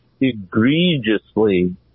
egregiously